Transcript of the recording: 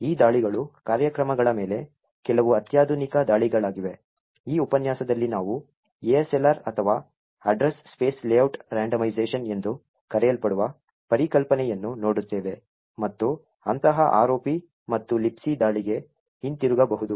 ಆದ್ದರಿಂದ ಈ ದಾಳಿಗಳು ಕಾರ್ಯಕ್ರಮಗಳ ಮೇಲೆ ಕೆಲವು ಅತ್ಯಾಧುನಿಕ ದಾಳಿಗಳಾಗಿವೆ ಈ ಉಪನ್ಯಾಸದಲ್ಲಿ ನಾವು ASLR ಅಥವಾ ಅಡ್ರೆಸ್ ಸ್ಪೇಸ್ ಲೇಔಟ್ ರಂಡೋಮೈಸೇಶನ್ ಎಂದು ಕರೆಯಲ್ಪಡುವ ಪರಿಕಲ್ಪನೆಯನ್ನು ನೋಡುತ್ತೇವೆ ಮತ್ತು ಅಂತಹ ROP ಮತ್ತು Libc ದಾಳಿಗೆ ಹಿಂತಿರುಗಬಹುದು